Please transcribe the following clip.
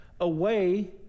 away